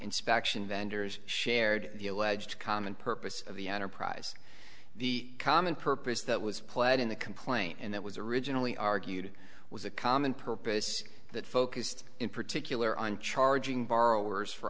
inspection vendors shared the alleged common purpose of the enterprise the common purpose that was played in the complaint and that was originally argued was a common purpose that focused in particular on charging borrowers for